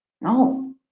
No